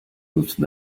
whose